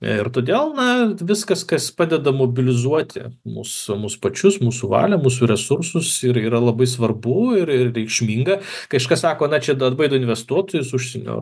ir todėl na viskas kas padeda mobilizuoti mus mus pačius mūsų valią mūsų resursus ir yra labai svarbu ir ir reikšminga kažkas sako na čia atbaido investuotojus užsienio